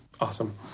Awesome